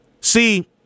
See